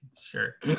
sure